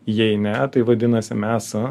jei ne tai vadinasi mes